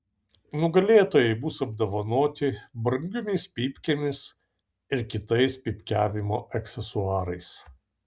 nugalėtojai bus apdovanoti brangiomis pypkėmis ir kitais pypkiavimo aksesuarais